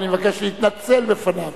ואני מבקש להתנצל בפניו,